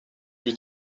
lui